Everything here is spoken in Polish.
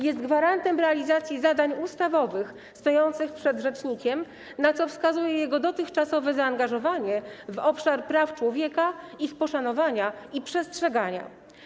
Jest gwarantem realizacji zadań ustawowych stojących przed rzecznikiem, na co wskazuje jego dotychczasowe zaangażowanie w obszar praw człowieka, ich poszanowania i przestrzegania.